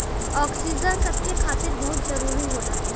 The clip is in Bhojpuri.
ओक्सीजन सभकरे खातिर बहुते जरूरी होला